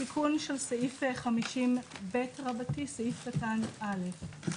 תיקון של סעיף 50ב לחוק הבנקאות (רישוי)?